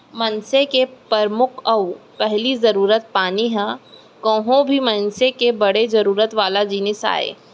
मनसे के परमुख अउ पहिली जरूरत पानी ह कोहूं भी मनसे के बड़े जरूरत वाला जिनिस आय